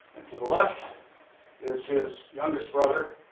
to the left is his youngest brother,